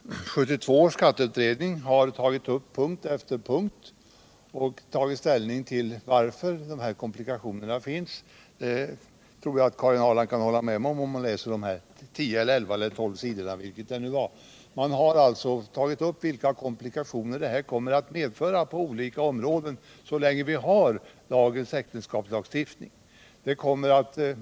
Herr talman! 1972 års skatteutredning har på punkt efter punkt tagit ställning till varför de här komplikationerna finns. Det tror jag Karin Ahrland kan hålla med om, om hon läser de här 10, 11 eller 12 sidorna. Man har tagit upp vilka komplikationer en särbeskattning kommer att medföra på olika områden så länge vi har dagens äktenskapslagstiftning.